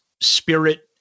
spirit